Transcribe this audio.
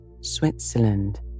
Switzerland